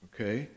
Okay